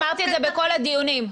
אמרתי את זה בכל הדיונים,